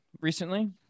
recently